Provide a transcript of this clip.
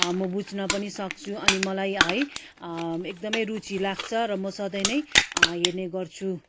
म बुज्न पनि सक्छु अनि मलाई है एकदम रुचि लाग्छ र म सधैँ नै हेर्ने गर्छु